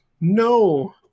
no